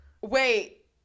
wait